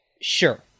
sure